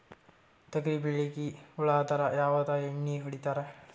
ತೊಗರಿಬೇಳಿಗಿ ಹುಳ ಆದರ ಯಾವದ ಎಣ್ಣಿ ಹೊಡಿತ್ತಾರ?